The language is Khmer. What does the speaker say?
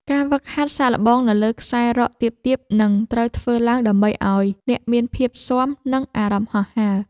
ការហ្វឹកហាត់សាកល្បងនៅលើខ្សែរ៉កទាបៗនឹងត្រូវធ្វើឡើង ដើម្បីឱ្យអ្នកមានភាពស៊ាំនឹងអារម្មណ៍ហោះហើរ។